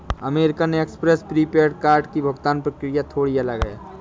American Express prepaid card की भुगतान प्रक्रिया थोड़ी अलग है